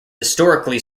historically